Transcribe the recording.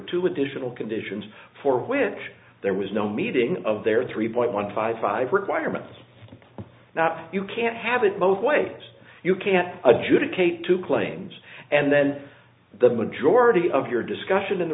two additional conditions for which there was no meeting of their three point one five five requirement not you can't have it both ways you can't adjudicate two claims and then the majority of your discussion in the